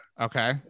Okay